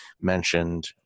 mentioned